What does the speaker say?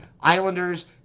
Islanders